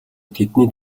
тэдний